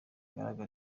igaraje